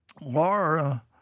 Laura